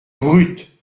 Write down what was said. brutes